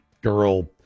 girl